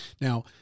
Now